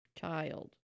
child